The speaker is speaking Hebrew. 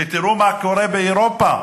תראו מה קורה באירופה,